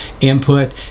input